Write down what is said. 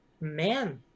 man